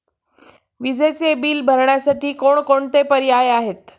विजेचे बिल भरण्यासाठी कोणकोणते पर्याय आहेत?